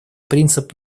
принцип